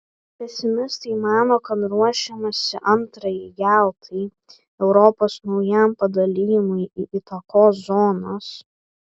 pesimistai mano kad ruošiamasi antrajai jaltai europos naujam padalijimui į įtakos zonas